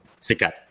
sikat